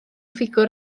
ffigwr